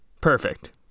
Perfect